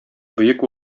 бөек